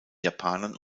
japanern